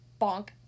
Bonk